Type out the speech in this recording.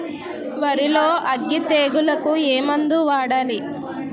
వరిలో అగ్గి తెగులకి ఏ మందు వాడాలి?